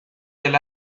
del